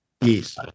Yes